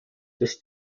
des